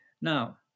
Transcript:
Now